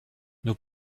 nous